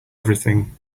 everything